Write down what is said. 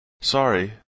Sorry